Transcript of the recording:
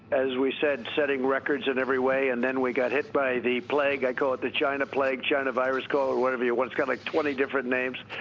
as we said, setting records in every way, and then we got hit by the plague, i call it the china plague, china virus, call it whatever you want. it's got like twenty different names.